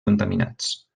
contaminats